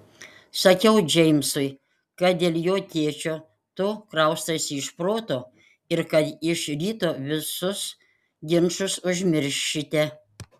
sakiau džeimsui kad dėl jo tėčio tu kraustaisi iš proto ir kad iš ryto visus ginčus užmiršite